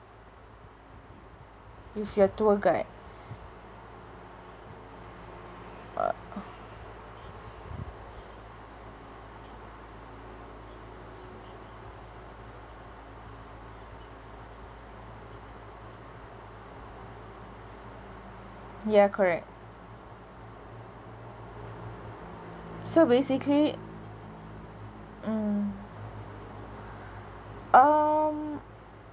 with your tour guide uh ya correct so basically mm um